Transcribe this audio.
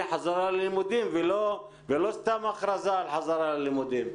חזרה ללימודים ולא סתם הכרזה על חזרה ללימודים.